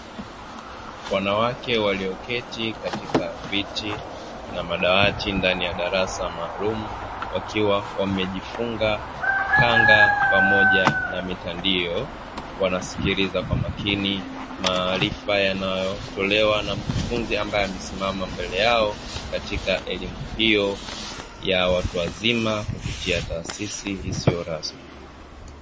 Wanawake walioketi katika viti na madawati ndani ya darasa maalumu wakiwa wamejifunga kanga pamoja na mitandio, wanasikiliza kwa makini maarifa yanayotolewa na mkufunzi ambaye amesimama mbele yao katika elimu hiyo ya watu wazima kupitia taasisi isiyo rasmi.